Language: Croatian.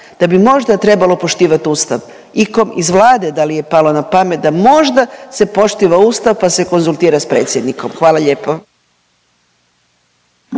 da bi možda trebalo poštivati Ustav? Ikom iz Vlade da li palo na pamet da možda se poštiva Ustav pa se konzultira s predsjednikom? Hvala lijepo.